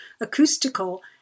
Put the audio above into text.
acoustical